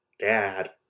Dad